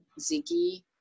Ziggy